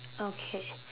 okay